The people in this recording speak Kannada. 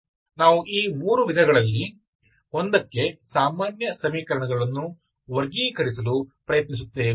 ಆದ್ದರಿಂದ ನಾವು ಈ 3 ವಿಧಗಳಲ್ಲಿ ಒಂದಕ್ಕೆ ಸಾಮಾನ್ಯ ಸಮೀಕರಣಗಳನ್ನು ವರ್ಗೀಕರಿಸಲು ಪ್ರಯತ್ನಿಸುತ್ತೇವೆ